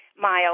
Miles